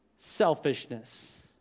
Selfishness